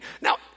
Now